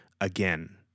again